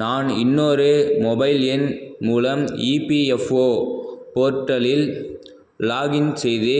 நான் இன்னொரு மொபைல் எண் மூலம் இபிஎஃப்ஓ போர்ட்டலில் லாகின் செய்து